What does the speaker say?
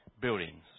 buildings